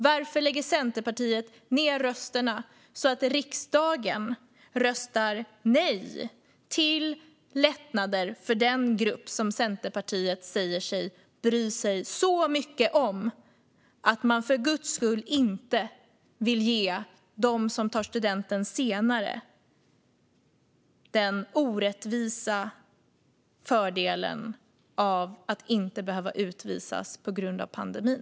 Varför lägger Centerpartiet ned rösterna, så att riksdagen röstar nej till lättnader för den grupp som Centerpartiet säger sig bry sig så mycket om att man för guds skull inte vill ge dem som tar studenten senare den orättvisa fördelen att inte behöva utvisas på grund av pandemin?